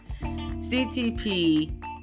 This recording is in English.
CTP